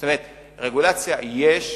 אז רגולציה יש,